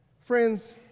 Friends